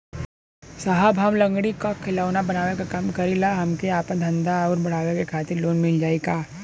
साहब हम लंगड़ी क खिलौना बनावे क काम करी ला हमके आपन धंधा अउर बढ़ावे के खातिर लोन मिल जाई का?